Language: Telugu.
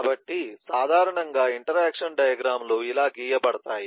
కాబట్టి సాధారణంగా ఇంటరాక్షన్ డయాగ్రమ్ లు ఇలా గీయబడతాయి